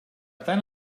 tant